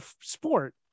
sport